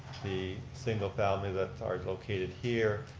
the single families that are located here,